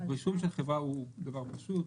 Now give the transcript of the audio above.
רישום של חברה הוא דבר פשוט.